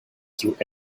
through